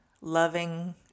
loving